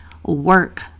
work